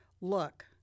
Look